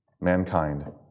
Mankind